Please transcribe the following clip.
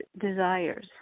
desires